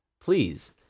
please